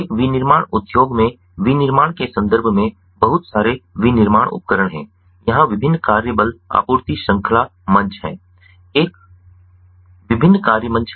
एक विनिर्माण उद्योग में विनिर्माण के संदर्भ में बहुत सारे विनिर्माण उपकरण हैं यहाँ विभिन्न कार्य बल आपूर्ति श्रृंखला मंच हैं एवं विभिन्न कार्य मंच हैं